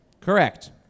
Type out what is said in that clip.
Correct